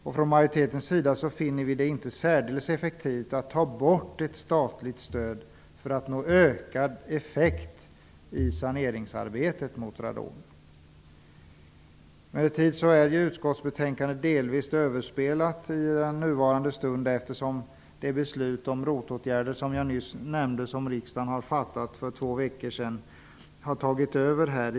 Utskottsmajoriteten finner det inte särskilt effektivt att ta bort statligt stöd för att uppnå ökad effekt i saneringsarbetet mot radon. Emellertid är utskottsbetänkandet delvis överspelat i nuvarande stund, eftersom det beslut om ROT-åtgärder som riksdagen fattade för två veckor sedan har tagit över.